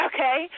Okay